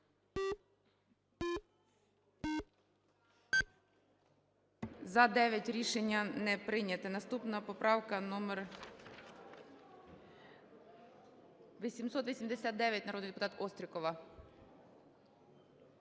За-9 Рішення не прийнято. Наступна поправка - номер 889. Народний депутат Острікова.